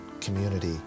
community